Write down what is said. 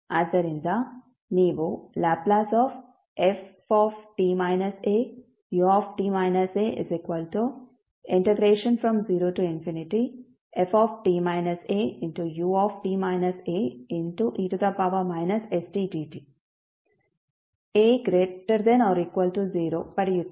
ಆದ್ದರಿಂದ ನೀವು Lft au0ft aut ae stdta≥0 ಪಡೆಯುತ್ತೀರಿ